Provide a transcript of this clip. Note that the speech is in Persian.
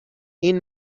این